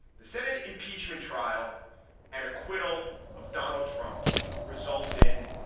the senate impeachment trial and acquittal of donald trump results in.